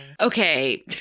Okay